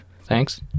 thanks